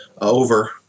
over